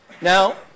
Now